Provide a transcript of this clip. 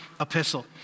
epistle